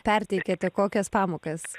perteikiate kokias pamokas